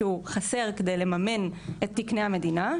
שהוא חסר כדי לממן את תקני המדינה,